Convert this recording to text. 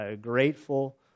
grateful